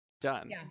done